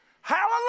Hallelujah